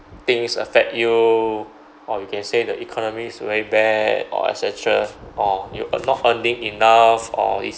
things affect you or you can say the economists very bad or et cetera or you are not earning enough or it's